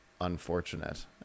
unfortunate